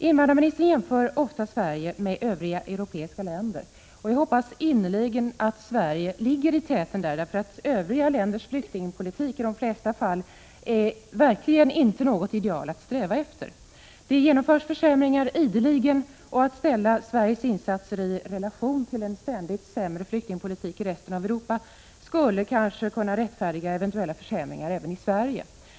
Invandrarministern jämför ofta Sverige med övriga europeiska länder, och jag hoppas innerligen att Sverige ligger i täten, därför att övriga länders flyktingpolitik i de flesta fall verkligen inte är något ideal att sträva efter. Det genomförs försämringar ideligen, och att ställa Sveriges insatser i relation till en ständigt sämre flyktingpolitik i resten av Europa skulle kanske kunna rättfärdiga eventuella försämringar även i Sverige.